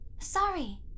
Sorry